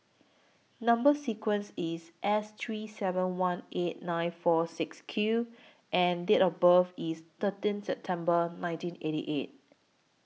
Number sequence IS S three seven one eight nine four six Q and Date of birth IS thirteen September nineteen eighty eight